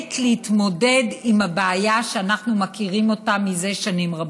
באמת להתמודד עם הבעיה שאנחנו מכירים זה שנים רבות.